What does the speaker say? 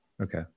Okay